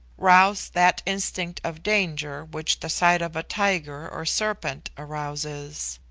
roused that instinct of danger which the sight of a tiger or serpent arouses.